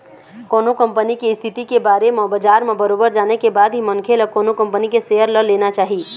कोनो कंपनी के इस्थिति के बारे म बजार म बरोबर जाने के बाद ही मनखे ल कोनो कंपनी के सेयर ल लेना चाही